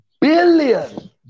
billion